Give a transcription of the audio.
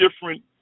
different